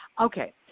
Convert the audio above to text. Okay